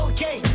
Okay